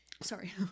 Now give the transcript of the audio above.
Sorry